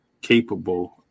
capable